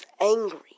angry